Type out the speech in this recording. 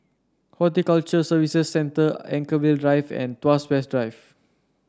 Horticulture Services Centre Anchorvale Drive and Tuas West Drive